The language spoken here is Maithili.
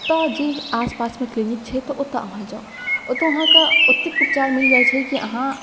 तऽ जे आसपासमे क्लीनिक छै तऽ ओतऽ अहाँ जँ ओतऽ अहाँके ओतेक उपचार मिलि जाइ छै कि अहाँ